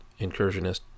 incursionist